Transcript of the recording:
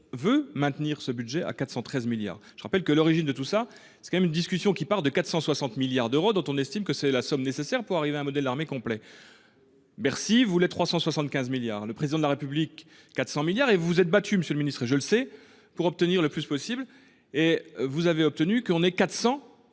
veut maintenir ce budget à 413 milliards. Je rappelle que l'origine de tout ça c'est quand même une discussion qui part de 460 milliards d'euros dont on estime que c'est la somme nécessaire pour arriver à un modèle d'armée complet. Bercy voulait 375 milliards. Le président de la République. 400 milliards et vous vous êtes battu, monsieur le ministre, et je le sais pour obtenir le plus possible et vous avez obtenu qu'on est 400.